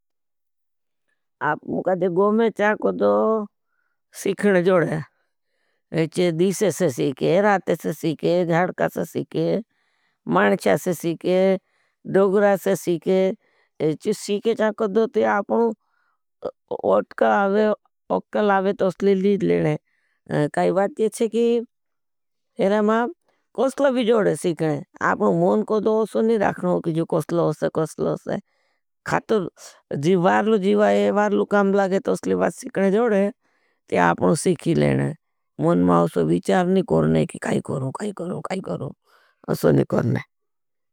मुझे कहते गोमे कोड़ो सिखने जोड़े हैं। चेदी से सिखें, राते से सिखें, जाड़का से सिखें, मानशा से सिखें, डोगरा से सिखें। अपनु सिखें कोड़ो तो आपनु ओटकल आवें तो उसली लीद लेने हैं। काई बात यह चाहिए कि एरा मां कोसलो भी जोड़े सिखने हैं। आपनु मुन कोड़ो उसली नहीं रखने हो कि जो कोसलो होसे, कोसलो होसे। खातर जीवारलु जीवारलु काम लागे तो उसली बात सिखने जोड़े हैं। ते आपनों सिखी लेने हैं। मुन मां उससे भीचार नहीं करने कि काई करूँ काई करूँ काई करूँ, उससे नहीं करने।